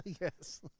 Yes